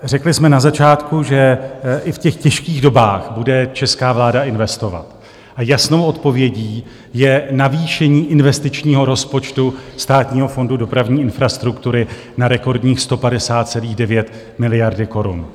Řekli jsme na začátku, že i v těch těžkých dobách bude česká vláda investovat a jasnou odpovědí je navýšení investičního rozpočtu Státního fondu dopravní infrastruktury na rekordních 150,9 miliardy korun.